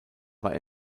war